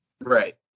Right